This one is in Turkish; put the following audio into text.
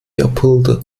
yapıldı